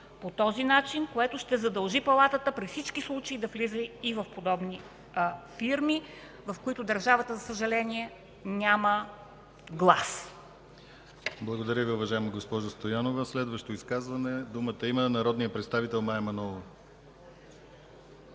по този начин, което ще задължи Палатата във всички случаи да влиза и в подобни фирми, в които държавата, за съжаление, няма глас. ПРЕДСЕДАТЕЛ ДИМИТЪР ГЛАВЧЕВ: Благодаря Ви, уважаема госпожо Стоянова. За следващо изказване думата има народният представител Мая Манолова.